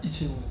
一千万